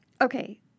Okay